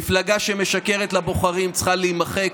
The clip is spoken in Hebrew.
מפלגה שמשקרת לבוחרים צריכה להימחק.